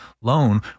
loan